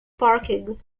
parking